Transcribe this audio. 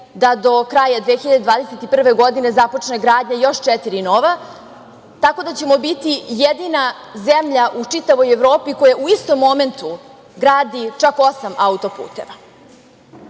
da do kraja 2021. godine započne gradnja još četiri nova, tako da ćemo biti jedina zemlja u čitavoj Evropi koja u istom momentu gradi čak osam autoputeva. Pored